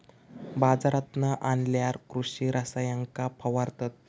बाजारांतना आणल्यार कृषि रसायनांका फवारतत